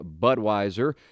Budweiser